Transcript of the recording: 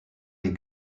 les